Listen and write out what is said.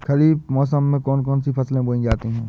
खरीफ मौसम में कौन कौन सी फसलें बोई जाती हैं?